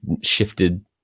shifted